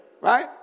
right